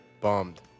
bummed